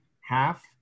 half